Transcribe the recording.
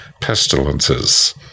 pestilences